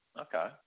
Okay